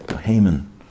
Haman